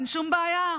אין שום בעיה,